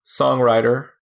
songwriter